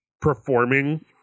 performing